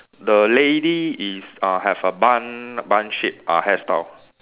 the lady is uh have a bun bun shape uh hairstyle